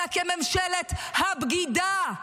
אלא כממשלת הבגידה.